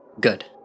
good